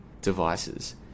devices